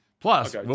Plus